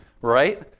right